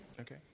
Okay